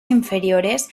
inferiores